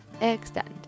extend